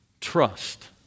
trust